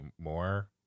more